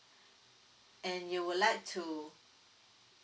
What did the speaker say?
and you would like to